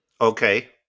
Okay